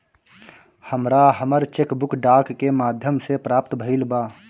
हमरा हमर cheque book डाक के माध्यम से प्राप्त भईल बा